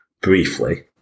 briefly